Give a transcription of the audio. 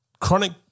Chronic